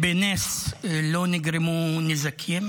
בנס לא נגרמו נזקים.